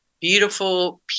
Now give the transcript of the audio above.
beautiful